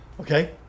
Okay